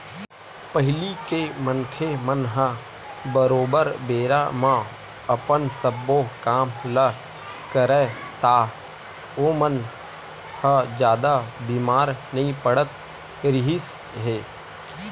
पहिली के मनखे मन ह बरोबर बेरा म अपन सब्बो काम ल करय ता ओमन ह जादा बीमार नइ पड़त रिहिस हे